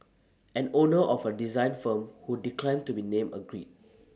an owner of A design firm who declined to be named agreed